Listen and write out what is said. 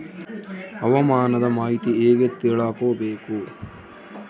ಹವಾಮಾನದ ಮಾಹಿತಿ ಹೇಗೆ ತಿಳಕೊಬೇಕು?